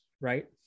right